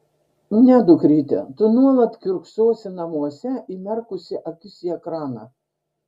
ne dukryte tu nuolat kiurksosi namuose įmerkusi akis į ekraną